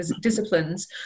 disciplines